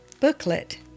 booklet